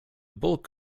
bulk